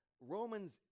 Romans